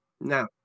Now